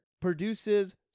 produces